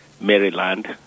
maryland